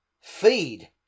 feed